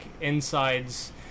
insides